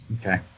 Okay